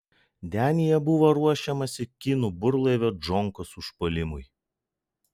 denyje buvo ruošiamasi kinų burlaivio džonkos užpuolimui